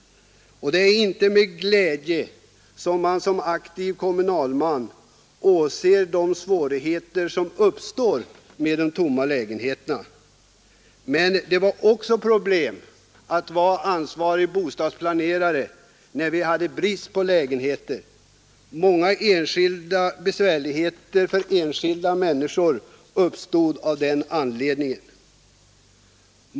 Det är inte med glädje som man som aktiv kommunalman åser de svårigheter som uppstår med de tomma lägenheterna. Men det var också problem att vara ansvarig bostadsplanerare när vi hade brist på lägenheter. Många besvärligheter för enskilda människor uppstod på grund av den bristen.